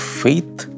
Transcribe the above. faith